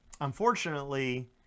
Unfortunately